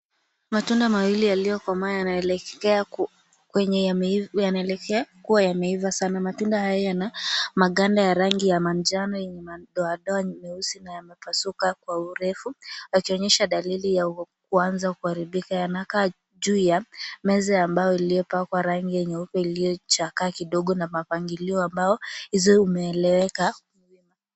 Matunda mawili yaliyokomaa yanaelekea kuwa yameiva sana. Matunda haya yana maganda ya rangi ya manjano yenye madoadoa nyeusi na yamepasuka kwa urefu yakionyesha dalili ya kuanza kuharibika. Yanakaa juu ya meza ya mbao iliyopakwa rangi nyeupe iliyochakaa kidogo na mpangilio ambao isiyoeleweka.